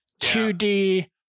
2D